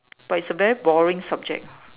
but it's a very boring subject